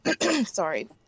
Sorry